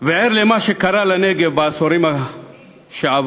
וער למה שקרה לנגב בעשורים שעברו,